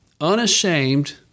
unashamed